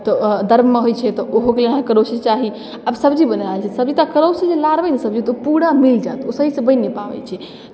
तऽ दरमे होइ छै तऽ ओहोमे अहाँके करछुए चाही आब जेना सब्जी बना रहल छियै सब्जी तऽ करछुसँ जे लारबै ने सब्जी तऽ ओ पूरा मिल जायत ओ सहीसँ बनि नहि पाबै छै